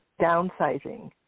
downsizing